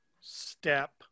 step